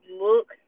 look